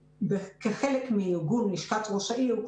כחלק מארגון לשכת ראש העיר,